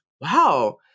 Wow